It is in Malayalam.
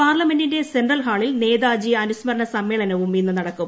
പാർലമെന്റിന്റെ സെൻട്രൽ ഹാളിൽ നേതാജി അനുസ്മരണ സമ്മേളനവും ഇന്ന് നടക്കും